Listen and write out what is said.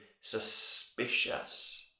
suspicious